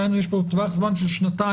כלומר יש לו טווח זמן של שנתיים,